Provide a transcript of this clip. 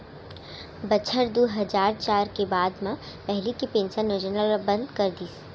बछर दू हजार चार के बाद म पहिली के पेंसन योजना ल बंद कर दिस